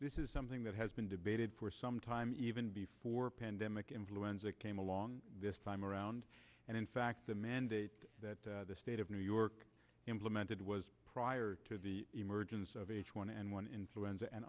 this is something that has been debated for some time even before pandemic influenza came along this time around and in fact the mandate that the state of new york implemented was prior to the emergence of h one n one influenza an